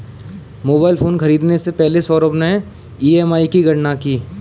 mobile phone खरीदने से पहले सौरभ ने ई.एम.आई की गणना की